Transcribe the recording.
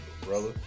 brother